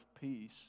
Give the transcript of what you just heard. peace